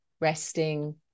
resting